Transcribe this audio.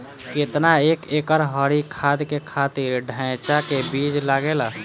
केतना एक एकड़ हरी खाद के खातिर ढैचा के बीज लागेला?